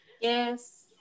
Yes